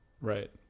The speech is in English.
right